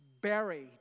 buried